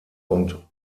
und